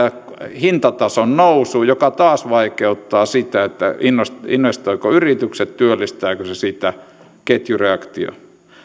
hintatason nousu joka taas vaikeuttaa sitä investoivatko yritykset työllistääkö se ketjureaktio